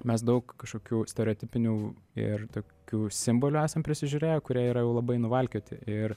mes daug kažkokių stereotipinių ir tokių simbolių esam prisižiūrėję kurie yra jau labai nuvalkioti ir